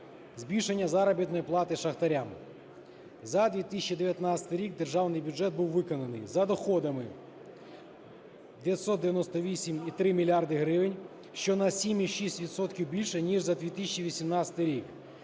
збільшення заробітної плати шахтарям. За 2019 рік державний бюджет був виконаний за доходами 998,3 мільярда гривень, що на 7,6 відсотка більше ніж за 2018 рік.